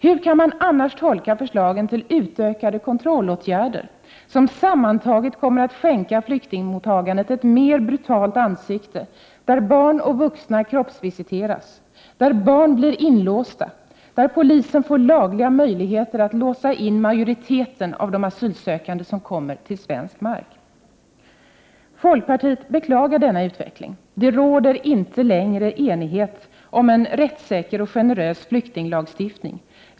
Hur kan man annars tolka förslagen till utökade kontrollåtgärder, som sammantaget kommer att skänka flyktingmottagandet ett mer brutalt ansikte; barn och vuxna kroppsvisiteras, barn blir inlåsta och polisen får lagliga möjligheter att låsa in majoriteten av de asylsökande som kommer till svensk mark? Folkpartiet beklagar denna utveckling. Det råder inte längre enighet om en rättssäker och generös flyktinglagstiftning.